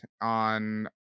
on